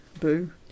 boo